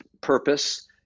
purpose